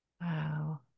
Wow